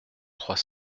trois